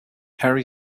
harry